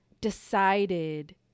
decided